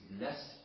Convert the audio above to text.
less